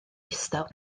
ddistaw